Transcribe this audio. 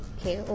Okay